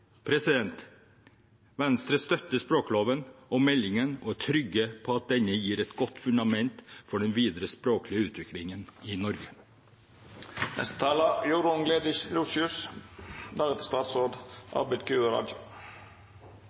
Stortinget. Venstre støtter språkloven og meldingen og er trygg på at den gir et godt fundament for den videre språklige utviklingen i